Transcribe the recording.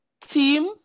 team